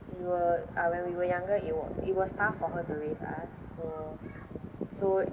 we were uh when we were younger it wa~ it was tough for her to raise us so so